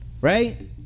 right